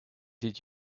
did